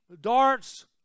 darts